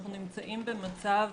אנחנו נמצאים במצב